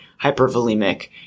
hypervolemic